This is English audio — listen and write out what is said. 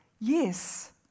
Yes